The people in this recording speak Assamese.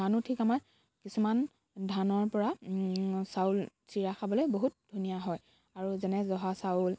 ধানো ঠিক আমাৰ কিছুমান ধানৰ পৰা চাউল চিৰা খাবলৈ বহুত ধুনীয়া হয় আৰু যেনে জহা চাউল